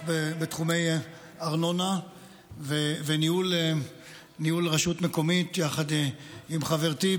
בתחומי ארנונה וניהול רשות מקומית יחד עם חברתי,